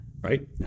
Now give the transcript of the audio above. right